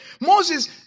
Moses